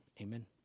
Amen